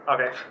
Okay